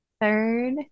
third